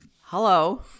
Hello